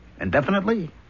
indefinitely